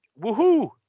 woohoo